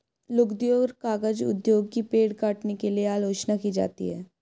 लुगदी और कागज उद्योग की पेड़ काटने के लिए आलोचना की जाती है